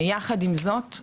יחד עם זאת,